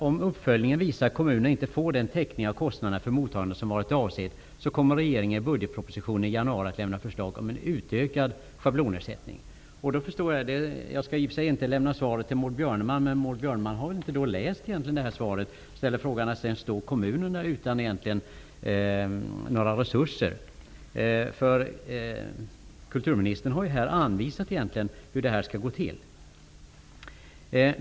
Om uppföljningen visar att kommunerna inte får den täckning av kostnaderna för mottagandet som varit avsedd kommer regeringen i budgetpropositionen i januari att lämna förslag om en utökad schablonersättning.'' Jag skall i och för sig inte svara Maud Björnemalm. Men jag måste säga att hon nog inte läst svaret, eftersom hon frågar som hon gör om kommunernas resurser. Kulturministern har ju här anvisat hur det hela skall gå till.